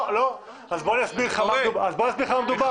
לא, אני אסביר לך במה מדובר.